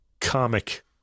comic